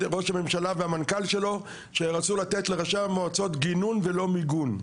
ראש הממשלה והמנכ"ל שלו כי רצו לתת לראשי המועצות גינון ולא מיגון.